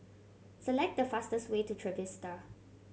select the fastest way to Trevista